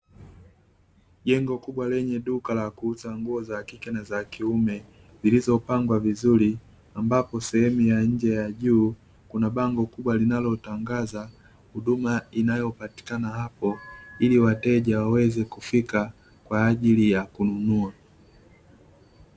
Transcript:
Jengo kubwa lenye duka la kuuza nguo za kike na za kiume, zilizopangwa vizuri ambapo sehemu ya nje ya juu, kuna bango kubwa linalo tangaza huduma inayopatikana hapo ili wateja waweze kufika kwa ajili ya kununua.